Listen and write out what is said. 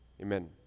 Amen